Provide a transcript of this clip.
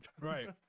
right